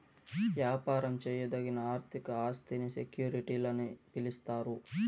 యాపారం చేయదగిన ఆర్థిక ఆస్తిని సెక్యూరిటీలని పిలిస్తారు